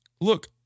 Look